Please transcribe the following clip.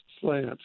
slant